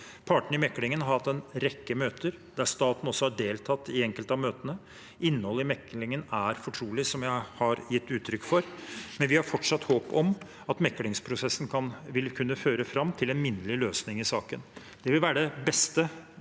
Partene i meklingen har hatt en rekke møter, der staten også har deltatt i enkelte av møtene. Innholdet i meklingen er fortrolig, som jeg har gitt uttrykk for, men vi har fortsatt håp om at meklingsprosessen vil kunne føre fram til en minnelig løsning i saken. Det vil, ut fra min